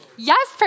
Yes